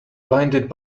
blinded